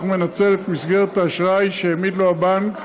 מנצל את מסגרת האשראי שהעמיד לו הבנק,